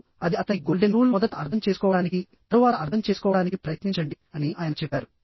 ఇప్పుడు అది అతని గోల్డెన్ రూల్ మొదట అర్థం చేసుకోవడానికి తరువాత అర్థం చేసుకోవడానికి ప్రయత్నించండి అని ఆయన చెప్పారు